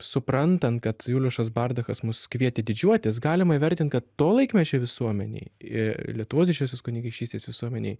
suprantant kad juliušas bardachas mus kvietė didžiuotis galima įvertint kad to laikmečio visuomenėj lietuvos didžiosios kunigaikštystės visuomenėj